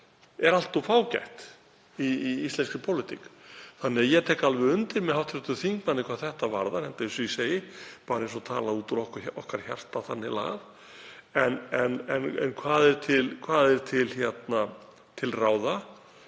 allt of fágætt í íslenskri pólitík. Þannig að ég tek alveg undir með hv. þingmanni hvað þetta varðar, enda er það bara eins og talað út úr okkar hjarta þannig lagað. En hvað er til ráða?